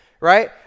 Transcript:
right